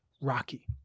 Rocky